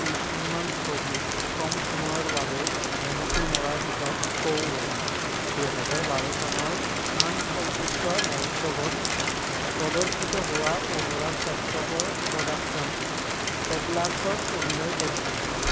কেইখনমান ছবিত কম সময়ৰ বাবে ভুমুকি মৰাৰ পিছত কৌৰে দুহেজাৰ বাৰ চনৰ কাঁন চলচ্চিত্ৰ মহোৎসৱত প্ৰদৰ্শিত হোৱা অনুৰাগ কাশ্যপৰ প্ৰডাকচন পেডলাৰ্ছত অভিনয় কৰিছিল